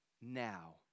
now